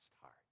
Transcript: heart